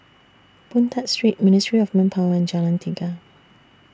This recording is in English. Boon Tat Street Ministry of Manpower and Jalan Tiga